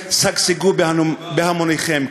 שגשגו בהמוניכם,